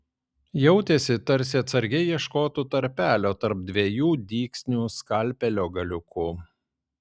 jautėsi tarsi atsargiai ieškotų tarpelio tarp dviejų dygsnių skalpelio galiuku